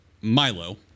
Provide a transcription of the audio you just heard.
Milo